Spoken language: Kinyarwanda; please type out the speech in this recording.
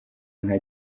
nka